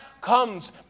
comes